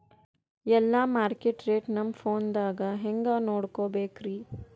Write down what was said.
ಎಲ್ಲಾ market rate ನಮ್ ಫೋನದಾಗ ಹೆಂಗ ನೋಡಕೋಬೇಕ್ರಿ?